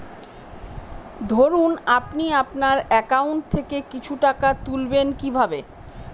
ধরুন আপনি আপনার একাউন্ট থেকে কিছু টাকা তুলবেন কিভাবে?